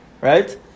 right